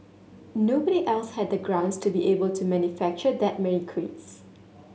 nobody else had the grounds to be able to manufacture that many crates